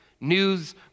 News